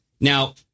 now